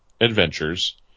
adventures